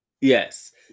Yes